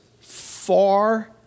far